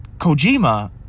Kojima